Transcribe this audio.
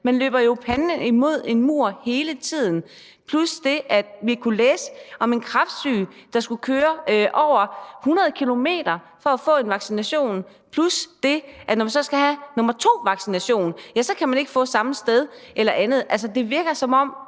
Man løber jo panden imod en mur hele tiden; plus det, at vi kunne læse om en kræftsyg, der skulle køre over 100 km for at få en vaccination; plus det, at når man så skal have nummer to vaccination, ja, så kan man ikke få den det samme sted. Altså, det virker, som om